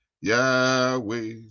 Yahweh